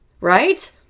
right